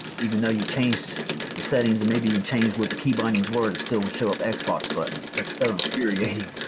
even though you changed the settings and maybe even changed what the keybindings were it still will show up xbox buttons. that's so infuriating.